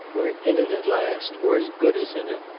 we're in it at last. or as good as in it.